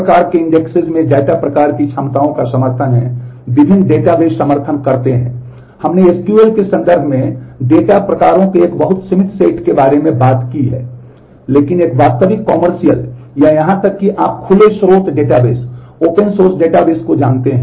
tables में data प्रकार की क्षमताओं का समर्थन है विभिन्न डेटाबेस समर्थन करते हैं